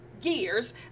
years